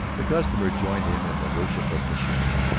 the customer joined him in the worship of machinery,